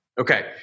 Okay